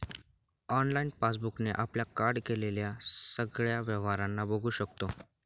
online passbook ने आपल्या card केलेल्या सगळ्या व्यवहारांना बघू शकतो